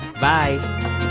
Bye